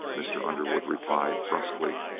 mr. underwood replied, brusquely,